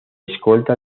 escolta